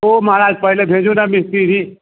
अओ महाराज पहिने भेजू ने मिस्त्री